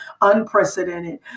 unprecedented